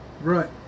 Right